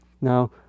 Now